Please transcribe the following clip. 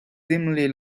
dimly